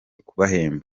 kubahemba